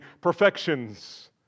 perfections